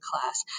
class